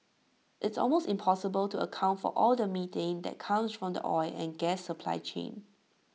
it's almost impossible to account for all the methane that comes from the oil and gas supply chain